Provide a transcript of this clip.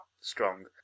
strong